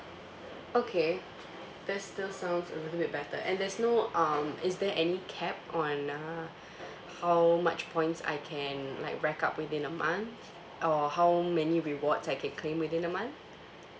okay that still sounds a little bit better and there's no um is there any cap on uh how much points I can like rack up within a month or how many rewards I can claim within a month